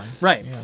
right